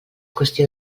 qüestió